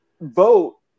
vote